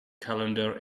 calendar